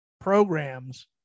programs